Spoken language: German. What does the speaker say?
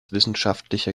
wissenschaftliche